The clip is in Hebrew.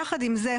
יחד עם זאת,